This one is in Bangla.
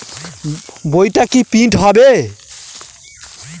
বইটা কি প্রিন্ট হবে?